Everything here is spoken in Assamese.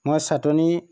মই ছাটনি